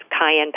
cayenne